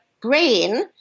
brain